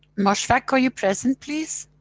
mosfeq are you present please?